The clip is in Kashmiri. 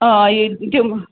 آ ییٚتہِ تِمہٕ